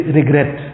regret